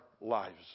lives